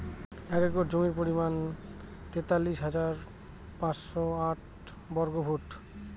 এক একর জমির পরিমাণ তেতাল্লিশ হাজার পাঁচশ ষাট বর্গফুট